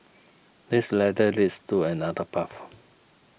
this ladder leads to another path